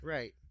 Right